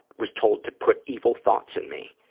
was told to put evil thoughts in me.